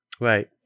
Right